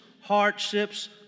hardships